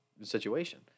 situation